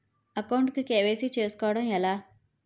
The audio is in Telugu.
అకౌంట్ కు కే.వై.సీ చేసుకోవడం ఎలా?